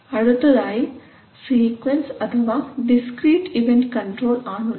അടുത്തതായി സീക്വൻസ് അഥവാ discrete event control ആണുള്ളത്